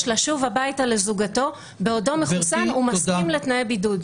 לשוב הביתה לזוגתו בעודו מחוסן ומסכים לתנאי הבידוד.